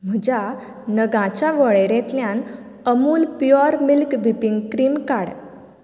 म्हज्या नगाच्या वळेरेंतल्यान Amul pure milk whipping cream काड